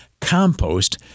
compost